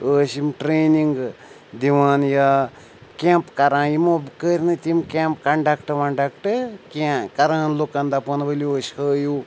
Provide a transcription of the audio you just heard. ٲسۍ یِم ٹرٛینِںٛگ دِوان یا کٮ۪مپ کَران یِمو کٔرۍ نہٕ تِم کٮ۪مپ کَنڈَکٹ وَںڈکٹہٕ کینٛہہ کَران لُکَن دَپان ؤلِو أسۍ ہٲیِو